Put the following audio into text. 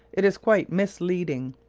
it is quite misleading,